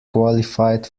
qualified